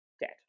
dead